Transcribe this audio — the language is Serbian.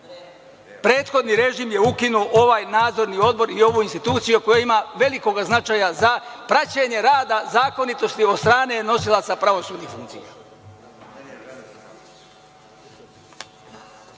Prethodni režim je ukinuo ovaj nadzorni odbor i ovu instituciju koja ima veliki značaj za praćenje rada zakonitosti od strane nosilaca pravosudnih funkcija. Šta